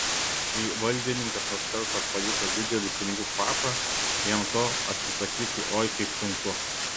jei valdininkas nors kartą pajuto didelių pinigų kvapą jam to atsisakyti oi kaip sunku